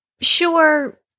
sure